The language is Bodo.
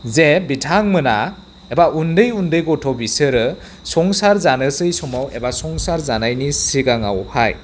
जे बिथांमोना एबा उन्दै उन्दै गथ' बिसोरो संसार जानोसै समाव एबा संसार जानायनि सिगाङावहाय